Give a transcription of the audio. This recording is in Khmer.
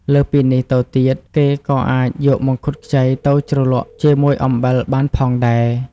លើសពីនេះទៅទៀត គេក៏អាចយកមង្ឃុតខ្ចីទៅជ្រលក់ជាមួយអំបិលបានផងដែរ។